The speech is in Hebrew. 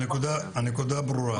הנקודה ברורה.